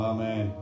Amen